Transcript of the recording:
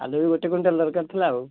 ଆଳୁ ବି ଗୋଟେ କୁଇଣ୍ଟାଲ୍ ଦରକାର ଥିଲା ଆଉ